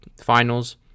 finals